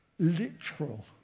Literal